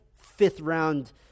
fifth-round